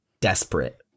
desperate